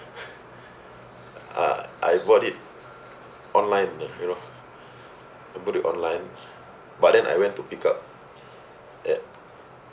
uh I bought it online you know I bought it online but then I went to pick up at